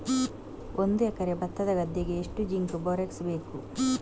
ಒಂದು ಎಕರೆ ಭತ್ತದ ಗದ್ದೆಗೆ ಎಷ್ಟು ಜಿಂಕ್ ಬೋರೆಕ್ಸ್ ಬೇಕು?